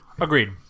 Agreed